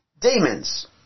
demons